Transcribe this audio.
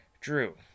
drew